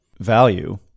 value